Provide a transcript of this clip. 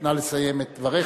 נא לסיים את דבריך.